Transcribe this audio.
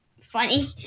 funny